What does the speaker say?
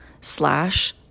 slash